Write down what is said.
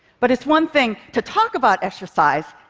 but it's one thing to talk about exercise,